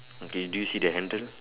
okay do you see the handle